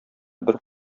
бер